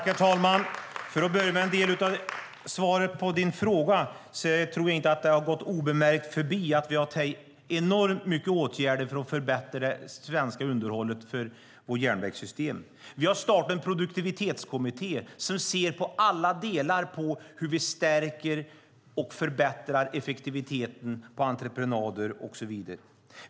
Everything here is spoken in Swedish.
Herr talman! För att börja med en del av svaret på din fråga: Jag tror inte att det har gått obemärkt förbi att vi har vidtagit enormt mycket åtgärder för att förbättra det svenska underhållet på järnvägssystemet. Vi har startat en produktivitetskommitté som ser på alla delar av hur vi stärker och förbättrar effektiviteten på entreprenader och så vidare.